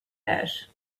ash